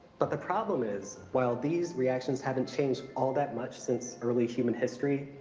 but the problem is while these reactions haven't changed all that much since early human history,